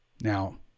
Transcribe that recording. Now